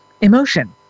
emotion